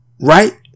Right